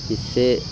اس سے